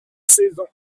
saison